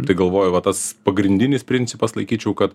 tai galvoju va tas pagrindinis principas laikyčiau kad